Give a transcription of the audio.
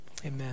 amen